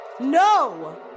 No